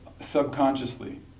subconsciously